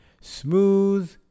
smooth